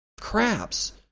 craps